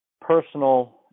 personal –